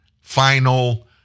final